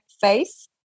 face